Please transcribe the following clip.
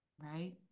right